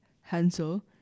Hansel